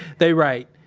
they write,